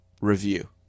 review